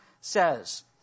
says